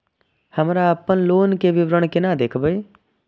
हमरा अपन लोन के विवरण केना देखब?